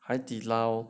海底捞